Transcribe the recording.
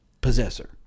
Possessor